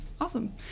Awesome